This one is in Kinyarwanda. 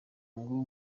ngo